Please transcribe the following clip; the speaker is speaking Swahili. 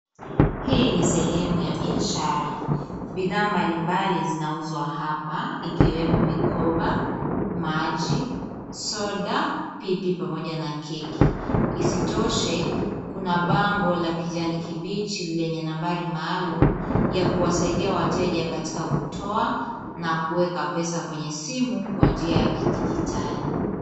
Hii ni sehemu ya biashara, bidhaa mbalimbali zinauzwa hapa, ikiwemo mikoba, maji, soda, pipi pamoja na keki, isitoshe kuna bango la kijani kibichi lenye nambari maalum ya kuwasaidia wateja katika kutoa na kuweka pesa kwenye simu kwa njia ya kidijitali.